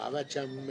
הוא עבד שם.